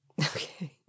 Okay